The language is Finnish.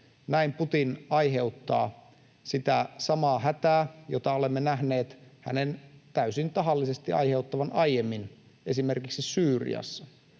Näin Putin aiheuttaa sitä samaa hätää, jota olemme nähneet hänen täysin tahallisesti aiheuttavan aiemmin esimerkiksi Syyriassa,